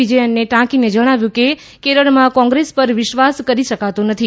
વિજયનને ટાંકીને જણાવ્યું કે કેરળમાં કોંગ્રેસ પર વિશ્વાસ કરી શકાતો નથી